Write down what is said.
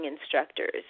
instructors